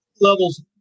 Levels